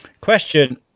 question